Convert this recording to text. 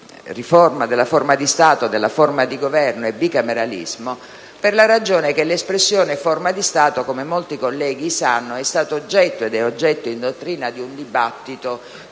parole «forma di Stato», «forma di governo» e «bicameralismo», per la ragione che l'espressione «forma di Stato», come molti colleghi sanno, è stata ed è oggetto in dottrina di un dibattito